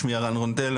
שמי ארן רונדל,